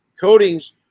coatings